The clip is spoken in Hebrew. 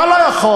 אתה לא יכול,